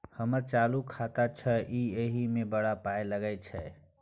हमर चालू खाता छै इ एहि मे बड़ पाय लगैत छै